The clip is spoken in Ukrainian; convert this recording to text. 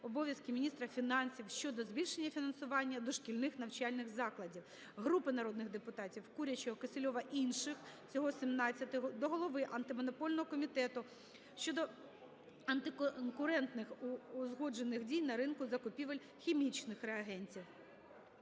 обов'язків міністра фінансів щодо збільшення фінансування дошкільних навчальних закладів. Групи народних депутатів (Курячого, Кісельова, інших; всього 17) до головиАнтимонопольного комітету щодоантиконкурентних узгоджених дій на ринку закупівель хімічних реагентів.